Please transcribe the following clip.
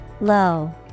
Low